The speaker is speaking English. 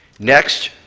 next,